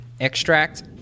extract